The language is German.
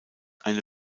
eine